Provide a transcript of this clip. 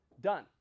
done